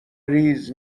ریز